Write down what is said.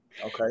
Okay